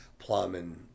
plumbing